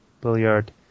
billiard